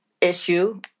issue